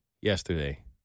yesterday